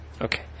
Okay